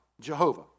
Jehovah